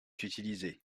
utilisé